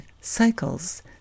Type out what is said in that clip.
cycles